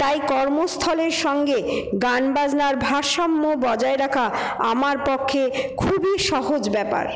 তাই কর্মস্থলের সঙ্গে গানবাজনার ভারসাম্য বজায় রাখা আমার পক্ষে খুবই সহজ ব্যাপার